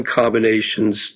combinations